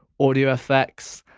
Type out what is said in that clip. audio effects,